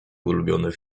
ulubiony